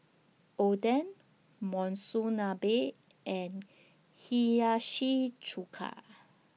Oden Monsunabe and Hiyashi Chuka